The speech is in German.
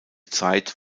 zeit